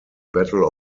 battle